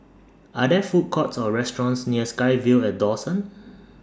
Are There Food Courts Or restaurants near SkyVille At Dawson